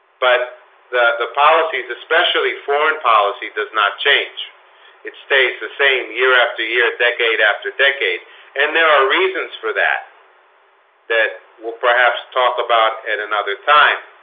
but the the policies especially foreign policy does not change it stays the same year after year decade after decade and there are reasons for that that will perhaps talk about at another time